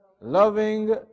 loving